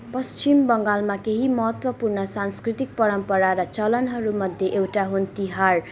पश्चिम बङ्गालमा केही महत्त्वपूर्ण सांस्कृतिक परम्परा र चलनहरूमध्ये एउटा हो तिहार